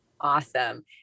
Awesome